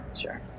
Sure